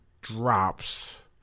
drops